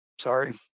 sorry